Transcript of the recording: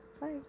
bye